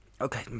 Okay